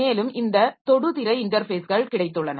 மேலும் இந்த தொடுதிரை இன்டர்ஃபேஸ்கள் கிடைத்துள்ளன